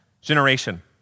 generation